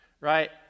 right